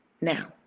Now